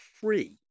free